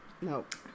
Nope